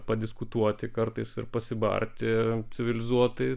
padiskutuoti kartais ir pasibarti civilizuotai